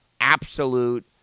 absolute